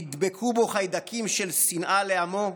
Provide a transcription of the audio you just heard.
ידבקו בו חיידקים של שנאה לעמו,